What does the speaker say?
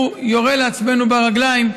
הוא יורה לעצמנו ברגליים,